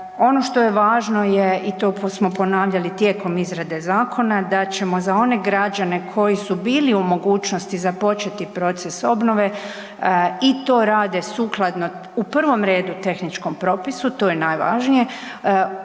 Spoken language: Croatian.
Ono što je važno i to smo ponavljali tijekom izrade zakona, da ćemo za one građani koji su bili u mogućnosti započeti proces obnove i to rade sukladno u prvom redu tehničkom propisu, to je najvažnije,